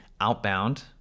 outbound